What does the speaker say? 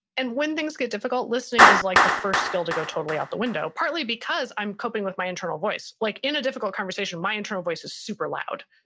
and when things get difficult, listening is like the first skill to go totally out the window partly because i'm coping with my internal voice, like in a difficult conversation my internal voice is super loud,